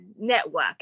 network